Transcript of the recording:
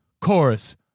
chorus